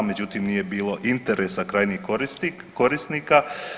Međutim, nije bilo interesa krajnjih korisnika.